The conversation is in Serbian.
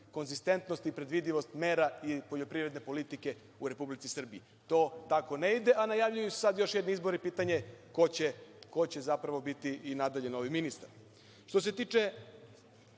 i predvidivost mera i poljoprivredne politike u Republici Srbiji. To tako ne ide, a najavljuju se sad još jedni izbori, pitanje je ko će zapravo biti i nadalje novi ministar. Što